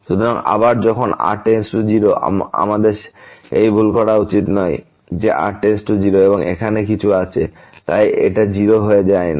সুতরাং আবার যখন r → 0 আমাদের সেই ভুল করা উচিত নয় যে r → 0 এবং এখানে কিছু আছে তাই এটা 0 হয়ে যায় না